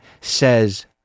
says